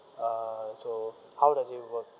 uh so how does it work